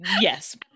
yes